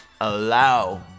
allow